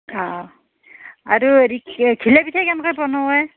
অঁ আৰু হেৰি ঘি ঘিলা পিঠা কেনেকৈ বনাৱেই